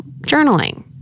journaling